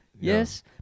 yes